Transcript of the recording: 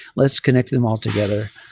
let's connect them altogether.